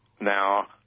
now